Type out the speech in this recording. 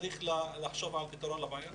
צריך לחשוב על פתרון לבעיה הזאת.